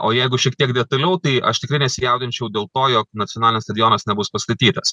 o jeigu šiek tiek detaliau tai aš tikrai nesijaudinčiau dėl to jog nacionalinis stadionas nebus pastatytas